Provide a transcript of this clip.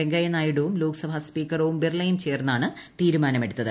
വെങ്കയ്യനായിഡുവും ലോക്സഭാ സ്പീക്കർ ഓം ബിർളയും ചേർന്നാണ് തീരുമാനമെടുത്തത്